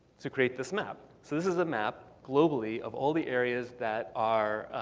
to create this map. so this is a map globally of all the areas that are